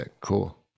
Cool